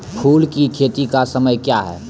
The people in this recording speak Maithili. फुल की खेती का समय क्या हैं?